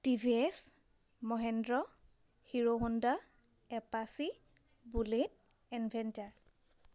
TVS Mahindra Hero Honda apache bullet avenger